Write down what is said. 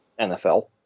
nfl